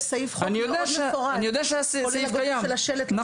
יש סעיף חוק מאוד מפורט, כולל --- נכון.